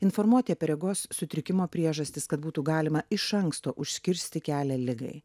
informuoti apie regos sutrikimo priežastis kad būtų galima iš anksto užkirsti kelią ligai